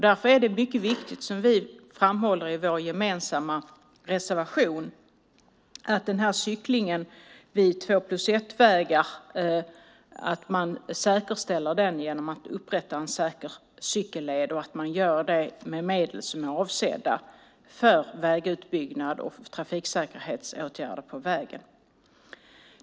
Därför är det viktigt, som vi framhåller i vår gemensamma reservation, att man säkerställer cykling på två-plus-ett-vägar genom att upprätta en säker cykelled och att man gör det med medel som är avsedda för vägutbyggnad och trafiksäkerhetsåtgärder på vägen.